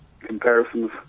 comparisons